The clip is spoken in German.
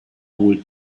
wohl